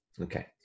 Okay